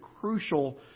crucial